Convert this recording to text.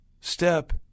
step